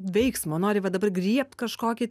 veiksmo nori va dabar griebt kažkokį